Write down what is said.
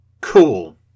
Cool